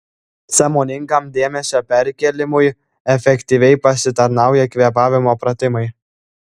sąmoningam dėmesio perkėlimui efektyviai pasitarnauja kvėpavimo pratimai